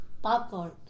Popcorn